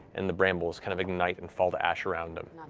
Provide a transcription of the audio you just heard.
and the brambles kind of ignite and fafll to ash around him.